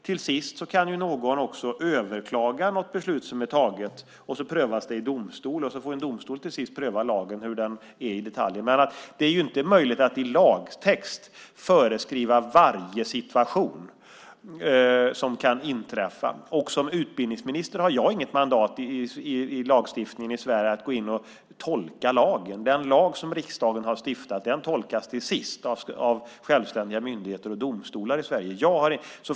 Någon kan ju också överklaga något beslut som är taget, och så prövas det i domstol. Då får en domstol till sist pröva lagen, hur den är i detaljer. Men det är ju inte möjligt att i lagtext föreskriva varje situation som kan inträffa. Och som utbildningsminister har jag inget mandat i lagstiftningen i Sverige att gå in och tolka lagen. Den lag som riksdagen har stiftat tolkas till sist av självständiga myndigheter och domstolar i Sverige.